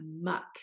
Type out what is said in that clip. muck